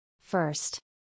First